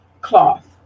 cloth